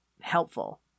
helpful